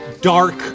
dark